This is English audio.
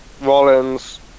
Rollins